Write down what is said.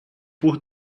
por